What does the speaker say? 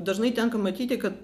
dažnai tenka matyti kad